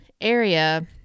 area